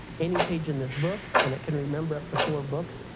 any page in this book and it can remember up to four books.